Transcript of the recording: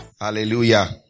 Hallelujah